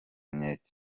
nkeke